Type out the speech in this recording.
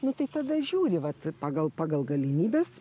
nu tai tada žiūri vat pagal pagal galimybes